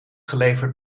geleverd